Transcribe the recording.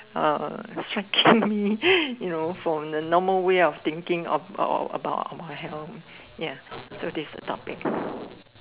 uh shaking me you know from the normal way of thinking of about my health ya so this is the topic